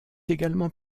également